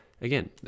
Again